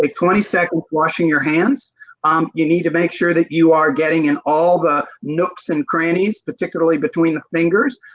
twenty seconds washing your hands um you need to make sure that you are getting and all the nooks and crannies particularly between the fingers,